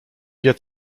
wie